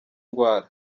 ndwara